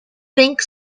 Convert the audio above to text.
think